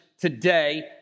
today